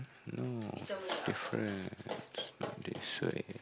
no difference not this way